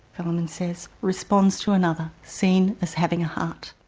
velleman says, responds to another seen as having a heart.